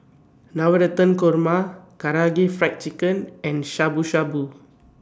Navratan Korma Karaage Fried Chicken and Shabu Shabu